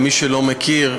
למי שלא מכיר,